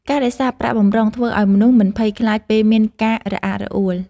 ការរក្សាប្រាក់បម្រុងធ្វើឱ្យមនុស្សមិនភ័យខ្លាចពេលមានការរអាក់រអួល។